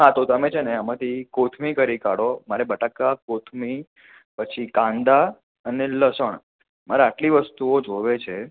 હા તો તમે છે ને આમાંથી કોથમીર કરી કાઢો મારે બટાકા કોથમીર પછી કાંદા અને લસણ મારે આટલી વસ્તુઓ જોઇએ છે